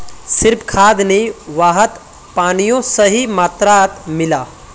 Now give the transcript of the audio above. सिर्फ खाद नी वहात पानियों सही मात्रात मिला